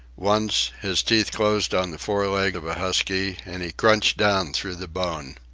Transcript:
once, his teeth closed on the fore leg of a husky, and he crunched down through the bone.